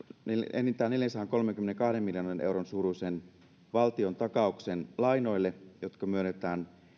enintään neljänsadankolmenkymmenenkahden miljoonan suuruisen valtiontakauksen lainoille jotka myönnetään